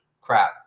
crap